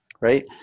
right